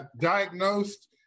diagnosed